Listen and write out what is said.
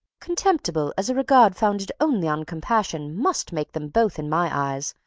contemptible as a regard founded only on compassion must make them both in my eyes,